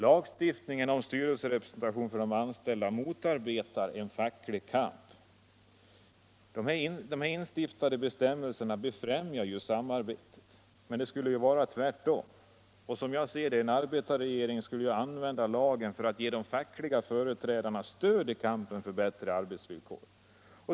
Lagstiftningen om styrelserepresentation för de anställda motarbetar en facklig kamp. Bestämmelserna främjar ett samarbete, men det borde vara tvärtom. En arbetarregering borde använda lagen för att ge de fackliga företrädarna stöd i kampen för bättre arbetsvillkor.